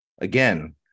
Again